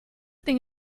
thing